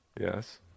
Yes